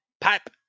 pipe